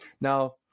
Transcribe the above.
Now